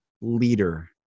leader